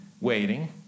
waiting